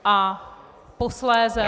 A posléze